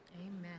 Amen